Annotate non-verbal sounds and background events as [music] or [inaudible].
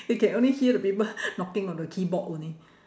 you can only hear the people [laughs] knocking on the keyboard only